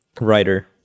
writer